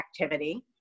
activity